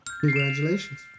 Congratulations